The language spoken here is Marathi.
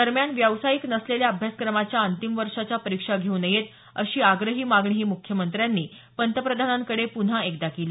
दरम्यान व्यावसायिक नसलेल्या अभ्यासक्रमाच्या अंतिम वर्षाच्या परीक्षा घेऊ नयेत अशी आग्रही मागणीही मुख्यमंत्र्यांनी पंतप्रधानांकडे पुन्हा एकदा केली